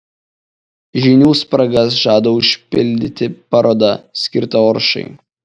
žinių spragas žada užpildyti paroda skirta oršai